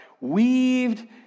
weaved